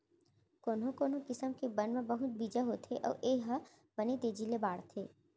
कोनो कोनो किसम के बन म बहुत बीजा होथे अउ ए ह बने तेजी ले बाढ़थे